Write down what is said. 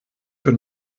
für